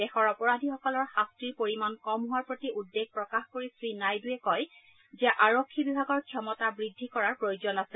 দেশৰ অপৰাধীসকলৰ শাস্তিৰ পৰিমাণ কম হোৱাৰ প্ৰতি উদ্বেগ প্ৰকাশ কৰি শ্ৰীনাইডুৱে কয় যে আৰক্ষী বিভাগৰ ক্ষমতা বৃদ্ধি কৰাৰ প্ৰয়োজন আছে